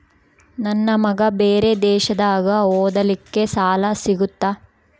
ನನ್ನ ಮಗ ಬೇರೆ ದೇಶದಾಗ ಓದಲಿಕ್ಕೆ ಸಾಲ ಸಿಗುತ್ತಾ?